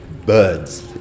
Birds